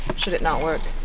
should it not work.